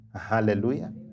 Hallelujah